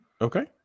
Okay